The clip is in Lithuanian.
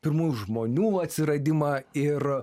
pirmųjų žmonių atsiradimą ir